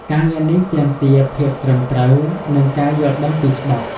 ការងារនេះទាមទារភាពត្រឹមត្រូវ និងការយល់ដឹងពីច្បាប់។